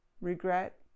regret